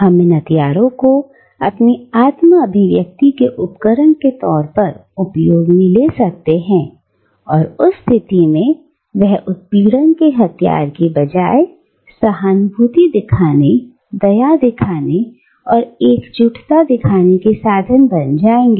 हम इन हथियारों को अपनी आत्मा अभिव्यक्ति के उपकरण के तौर पर उपयोग में ले सकते हैं और उस स्थिति में वे उत्पीड़न के हथियार के बजाय सहानुभूति दिखाने दया दिखाने और एकजुटता दिखाने के साधन बन जाएंगे